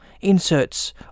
inserts